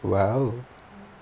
well